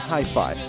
Hi-Fi